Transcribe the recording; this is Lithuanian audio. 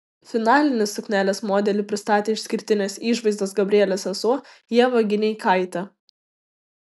finalinį suknelės modelį pristatė išskirtinės išvaizdos gabrielės sesuo ieva gineikaitė